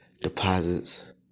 Deposits